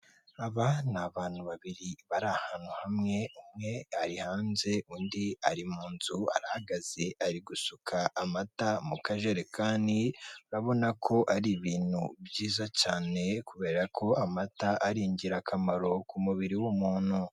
Aba ni abantu babiri bari ahantu hamwe umwe ari hanze undi ari mu nzu aragaze ari gusuka amata mu kajerekani urabona ko ari ibintu byiza cyane kubera ko amata ari ingirakamaro ku mubiri w'umuntu.